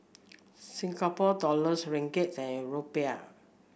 Singapore Dollars Ringgit and Rupee